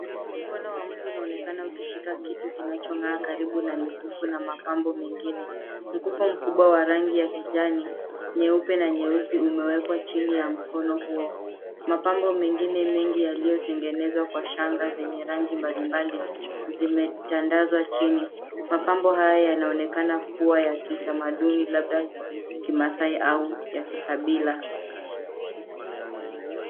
Mkono wa mtu unaonekana ukishika kitu kinachong'aa karibu na mikufu na mapambo mengine. Mkufu mkubwa wa rangi ya kijani, nyeupe, na nyeusi, umewekwa chini ya mkono huo. Mapambo mengine mengi yaliyotengenezwa kwa shanga zenye rangi mbali mbali, zimetandazwa chini. Mapambo haya yanaonekana kuwa ya kitamaduni labda kimasai au ya kikabila.